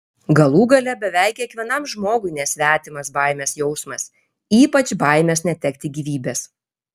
galų gale beveik kiekvienam žmogui nesvetimas baimės jausmas ypač baimės netekti gyvybės